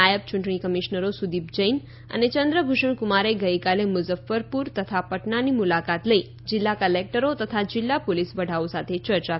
નાયબ ચૂંટણી કમિશનરો સુદીપ જૈન અને ચંદ્રભૂષણ કુમારે ગઈકાલે મુજફ્ફરપુર તથા પટનાની મુલાકાત લઈ જિલ્લા ક્લેક્ટરો તથા જિલ્લા પોલીસ વડાઓ સાથે ચર્ચા કરી હતી